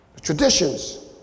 traditions